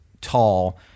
tall